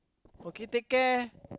okay take care